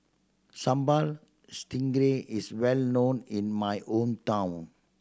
Sambal Stingray is well known in my hometown